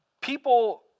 people